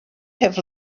have